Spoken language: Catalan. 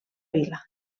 vila